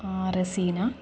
Razeena